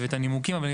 אני אתייחס גם